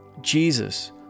Jesus